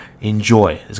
Enjoy